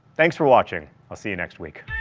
thanks for watching, i'll see you next week.